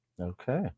Okay